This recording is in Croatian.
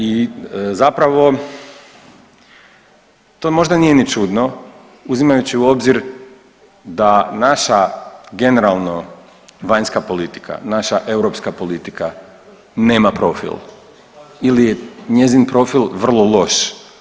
I zapravo to možda nije ni čudno uzimajući u obzir da naša generalno vanjska politika, naša europska politika nema profil ili je njezin profil vrlo loš.